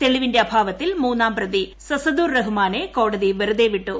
തെളിവിന്റെ അഭാവത്തിൽ മൂന്നാം പ്രതി സസ്സദുർ റഹ്മാനെ കോടതി വെറുതെ വിട്ടു